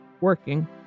working